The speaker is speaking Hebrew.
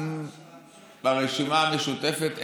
הרשימה, הרשימה המשותפת.